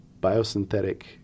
biosynthetic